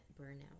burnout